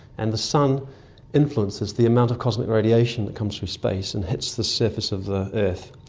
and the sun influences the amount of cosmic radiation that comes through space and hits the surface of the earth,